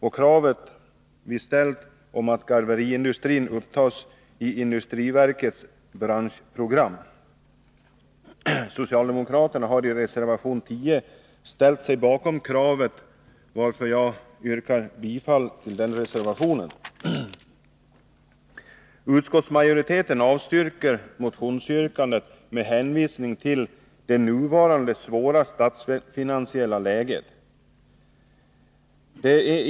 Vi kräver där att garveriindustrin upptas i industriverkets branschprogram. Socialdemokraterna har i reservation 10 ställt sig bakom det kravet, varför jag yrkar bifall till denna reservation. Utskottsmajoriteten avstyrker motionsyrkandet med hänvisning till ”det nuvarande svåra statsfinansiella läget”.